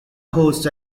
hosts